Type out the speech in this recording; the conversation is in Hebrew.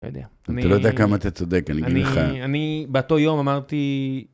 לא יודע... -אתה לא יודע כמה אתה צודק אני אגיד לך. אני באותו יום אמרתי...